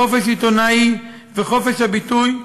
לחופש עיתונאי וחופש הביטוי,